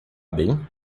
bem